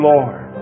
Lord